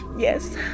Yes